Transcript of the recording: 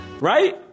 right